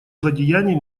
злодеяний